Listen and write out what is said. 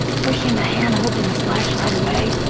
pushing the hand holding the flashlight away.